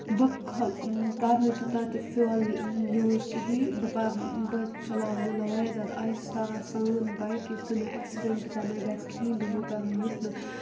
بہٕ کَرٕ نہٕ تیوٗتاہ تہِ فیول یوٗز کِہیٖنۍ بہٕ بہٕ چَلاو مطلب واریاہ زیادٕ آہِستہ آسان بایک یُتھ نہٕ مےٚ اٮ۪کسِڈٮ۪نٛٹ تہِ نہ گژھِ کِہیٖنۍ بیٚیہِ یوٗتاہ یُتھ نہٕ